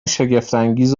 شگفتانگیز